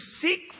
seek